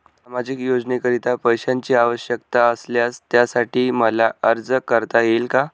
सामाजिक योजनेकरीता पैशांची आवश्यकता असल्यास त्यासाठी मला अर्ज करता येईल का?